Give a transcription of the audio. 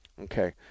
Okay